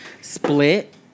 split